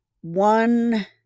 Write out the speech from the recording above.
one